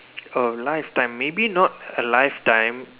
a lifetime maybe not a lifetime